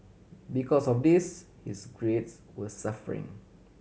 because of this his grades were suffering